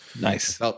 Nice